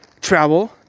travel